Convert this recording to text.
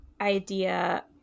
idea